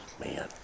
Man